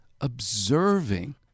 observing